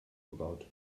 gebaut